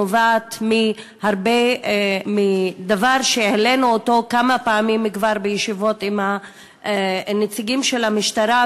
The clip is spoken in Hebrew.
נובע מדבר שהעלינו אותו כבר כמה פעמים בישיבות עם הנציגים של המשטרה,